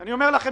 אני אומר לכם,